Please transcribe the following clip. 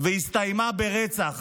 והסתיימה ברצח.